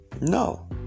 No